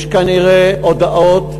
יש כנראה הודאות.